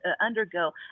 undergo